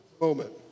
moment